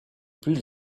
plus